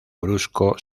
brusco